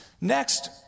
Next